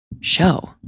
show